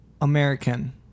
American